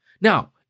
Now